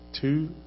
two